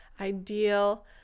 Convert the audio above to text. ideal